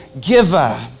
giver